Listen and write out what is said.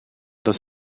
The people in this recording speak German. das